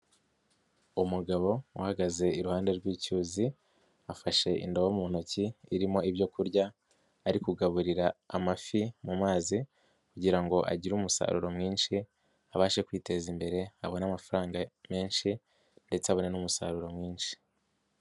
Umugabo uhagaze iruhande rw'icyuzi, afashe indobo mu ntoki irimo ibyo kurya, ari kugaburira amafi mu mazi kugira ngo agire umusaruro mwinshi, abashe kwiteza imbere, abone amafaranga menshi ndetse abone n'umusaruro mwinshi.